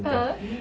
(uh huh)